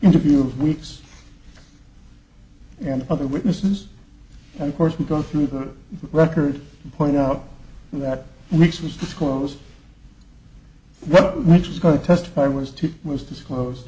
interview of weeks and other witnesses and of course we go through the records and point out that weeks was disclosed which was going to testify was to was disclosed